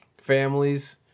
families